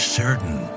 certain